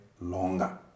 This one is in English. longer